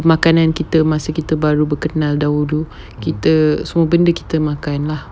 makanan kita masih baru kita berkenal dahulu kita semua benda kita makan lah